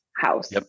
house